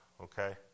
okay